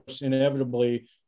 inevitably